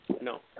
No